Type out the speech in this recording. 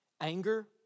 Anger